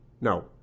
No